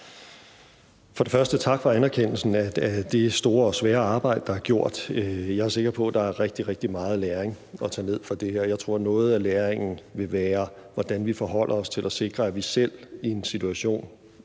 vil jeg sige tak for anerkendelsen af det store og svære arbejde, der er gjort. Jeg er sikker på, at der er rigtig, rigtig meget læring at tage ned fra det her, og jeg tror, at noget af læringen vil være, hvordan vi forholder os til at sikre, at vi i en situation, måtte